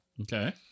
Okay